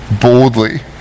boldly